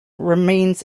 remains